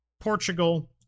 Portugal